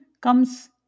comes